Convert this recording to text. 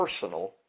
personal